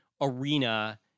arena